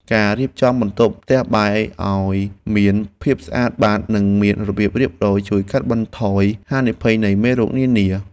ការរៀបចំបន្ទប់ផ្ទះបាយឱ្យមានភាពស្អាតបាតនិងមានរបៀបរៀបរយ ជួយកាត់បន្ថយហានិភ័យនៃមេរោគនានា។